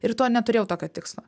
ir tuo neturėjau tokio tikslo